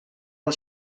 del